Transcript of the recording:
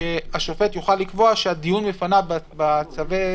שהשופט יוכל לקבוע שהדיון בבקשות לצווי